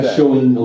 showing